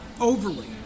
overly